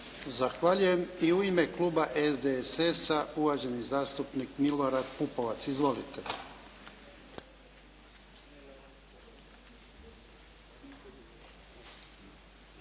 Zahvaljujem. I u ime kluba SDSS-a, uvaženi zastupnik Milorad Pupovac.